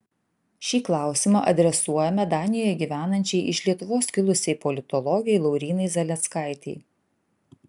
šį klausimą adresuojame danijoje gyvenančiai iš lietuvos kilusiai politologei laurynai zaleckaitei